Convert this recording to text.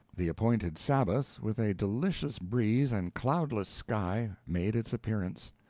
the appointed sabbath, with a delicious breeze and cloudless sky, made its appearance.